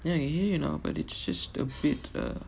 ya I can hear you now but it's just a bit uh